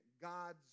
God's